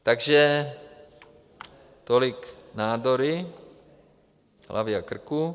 Takže tolik nádory hlavy a krku.